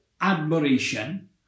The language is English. admiration